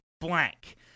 blank